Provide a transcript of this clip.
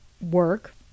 work